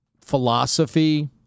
philosophy